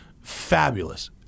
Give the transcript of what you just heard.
fabulous